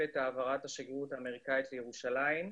את העברת השגרירות האמריקאית לירושלים.